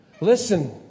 Listen